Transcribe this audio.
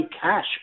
cash